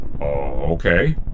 okay